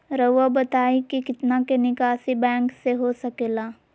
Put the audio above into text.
रहुआ बताइं कि कितना के निकासी बैंक से हो सके ला?